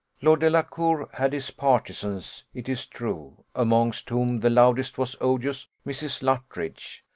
lord delacour had his partisans, it is true amongst whom the loudest was odious mrs. luttridge.